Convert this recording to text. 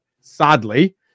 sadly